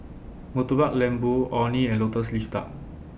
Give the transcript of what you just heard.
Murtabak Lembu Orh Nee and Lotus Leaf Duck